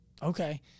Okay